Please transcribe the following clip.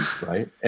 right